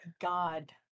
God